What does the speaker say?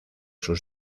sus